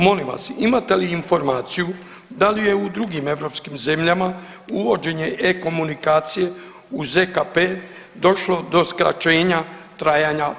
Molim vas, imate li informaciju da li je u drugim europskim zemljama uvođenje e-komunikacije u ZKP došlo do skraćenja trajanja